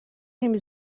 نمی